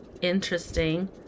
interesting